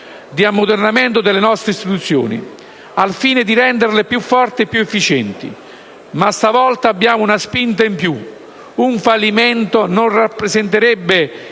di ammodernamento delle nostre istituzioni, al fine di renderle più forti e più efficienti; ma stavolta abbiamo una spinta in più: un fallimento non rappresenterebbe,